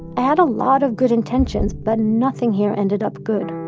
i had a lot of good intentions, but nothing here ended up good.